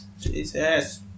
Jesus